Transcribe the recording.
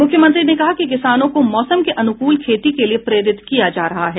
मुख्यमंत्री ने कहा कि किसानों को मौसम के अनुकूल खेती के लिए प्रेरित किया जा रहा है